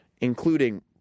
including